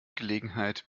gelegenheit